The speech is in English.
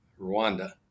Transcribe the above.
Rwanda